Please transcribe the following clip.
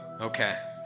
Okay